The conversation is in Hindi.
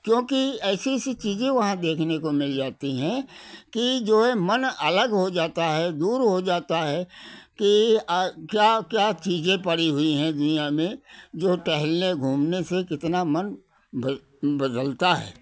क्योंकि ऐसी ऐसी चीज़ें वहाँ देखने को मिल जाती है कि जो है मन अलग हो जाता है दूर हो जाता है कि क्या क्या चीज़ें पड़ी हुई हैं दुनियाँ में जो टहलने घूमने से कितना मन बद बदलता है